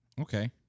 Okay